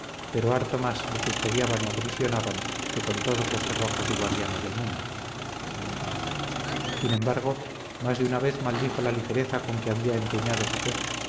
pero harto más le custodiaban y aprisionaban que con todos los cerrojos y guardianes del mundo sin embargo más de una vez maldijo la ligereza con que había empeñado su fe